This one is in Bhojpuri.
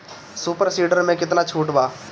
सुपर सीडर मै कितना छुट बा?